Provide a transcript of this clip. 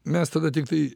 mes tada tiktai